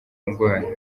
ndwara